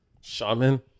Shaman